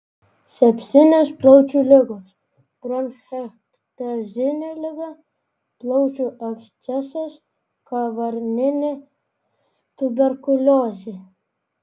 sepsinės plaučių ligos bronchektazinė liga plaučių abscesas kaverninė tuberkuliozė